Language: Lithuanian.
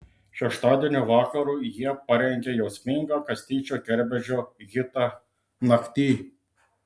šeštadienio vakarui jie parengė jausmingą kastyčio kerbedžio hitą nakty